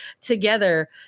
together